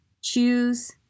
Choose